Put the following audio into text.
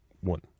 One